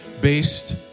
based